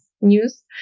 news